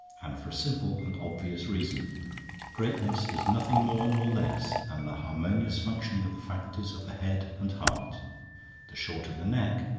and for a simple and obvious reason greatness is nothing more nor less than the harmonious functioning of the faculties of the head and heart the shorter the neck,